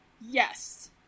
Yes